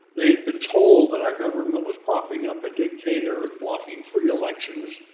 they had been told that our government was propping up a dictator and blocking free elections,